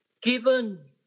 given